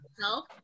help